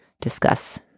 discuss